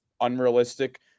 unrealistic